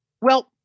Well-